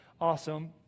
awesome